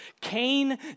Cain